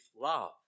love